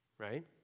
right